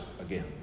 again